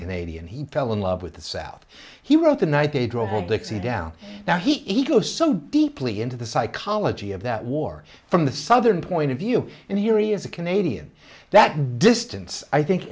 canadian he fell in love with the south he wrote the night they drove all dixie down now he goes so deeply into the psychology of that war from the southern point of view and here he is a canadian that distance i think